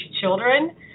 children